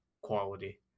Quality